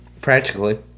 Practically